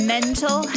Mental